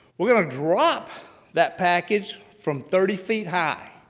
we're going to drop that package from thirty feet high.